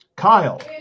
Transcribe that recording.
Kyle